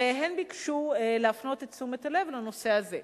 הן ביקשו להפנות את תשומת הלב לנושא הזה.